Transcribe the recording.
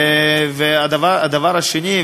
הדבר השני,